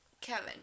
Kevin